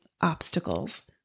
obstacles